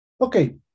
Okay